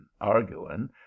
arguing